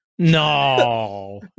no